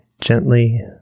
Gently